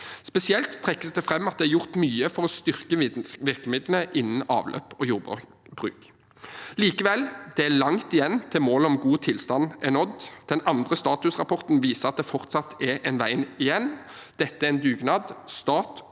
Spesielt trekkes det fram at det er gjort mye for å styrke virkemidlene innen avløp og jordbruk. Likevel er det langt igjen til målet om god tilstand er nådd. Den andre statusrapporten viser at det fortsatt er en vei igjen. Dette er en dugnad,